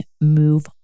move